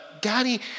Daddy